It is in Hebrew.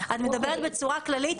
את מדברת בצורה כללית,